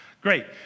Great